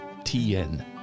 TN